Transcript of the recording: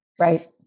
Right